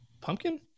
pumpkin